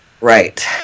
Right